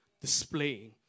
displaying